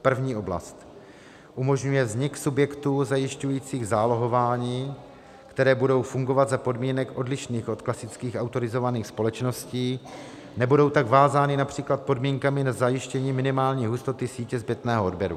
První oblast umožňuje vznik subjektů zajišťujících zálohování, které budou fungovat za podmínek odlišných od klasických autorizovaných společností, nebudou tak vázány například podmínkami na zajištění minimální hustoty sítě zpětného odběru.